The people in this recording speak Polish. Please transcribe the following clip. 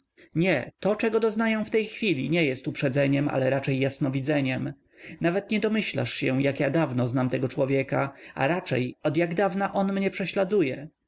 nie to czego doznaję w tej chwili nie jest uprzedzeniem ale raczej jasnowidzeniem nawet nie domyślasz się jak ja dawno znam tego człowieka a raczej od jak dawna on mnie prześladuje